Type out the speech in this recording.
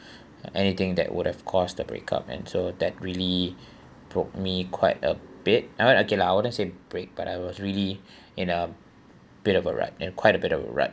anything that would have caused the breakup and so that really broke me quite a bit never mind okay lah I wouldn't say break but I was really in a bit of a wreck and quite a bit of a wreck